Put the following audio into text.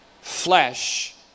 flesh